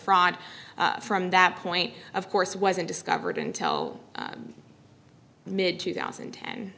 fraud from that point of course wasn't discovered until mid two thousand and